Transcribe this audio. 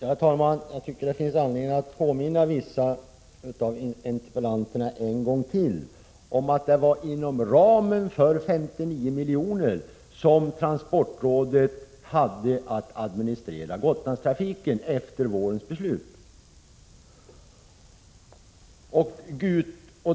Herr talman! Jag tycker det finns anledning att än en gång påminna vissa av interpellanterna om att det var inom ramen för beloppet 59 milj.kr. som transportrådet hade att administrera Gotlandstrafiken efter vårens beslut.